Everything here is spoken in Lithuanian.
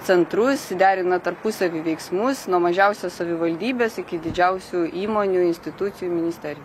centrus derina tarpusavy veiksmus nuo mažiausios savivaldybės iki didžiausių įmonių institucijų ministerijų